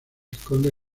esconde